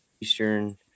Eastern